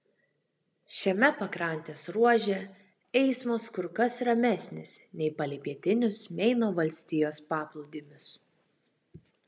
šiame pakrantės ruože eismas kur kas ramesnis nei palei pietinius meino valstijos paplūdimius